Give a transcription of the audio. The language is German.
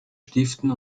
stiften